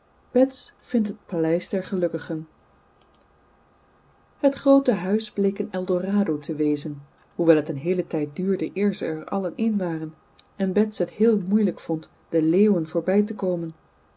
bets vindt het paleis der gelukkigen het groote huis bleek een eldorado te wezen hoewel het een heelen tijd duurde eer ze er allen in waren en bets het heel moeilijk vond de leeuwen voorbij te komen